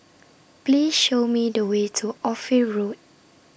Please Show Me The Way to Ophir Road